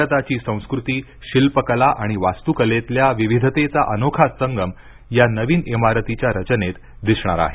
भारताची संस्कृती शिल्प कला आणि वास्तुकलेतल्या विविधतेचा अनोखा संगम या नवीन इमारतीच्या रचनेत दिसणार आहे